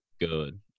good